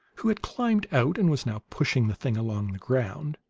who had climbed out and was now pushing the thing along the ground,